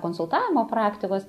konsultavimo praktikos